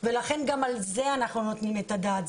וגם על זה אנחנו נותנים את הדעת.